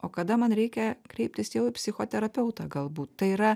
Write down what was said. o kada man reikia kreiptis jau į psichoterapeutą galbūt tai yra